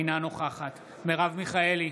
אינה נוכחת מרב מיכאלי,